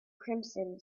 crimson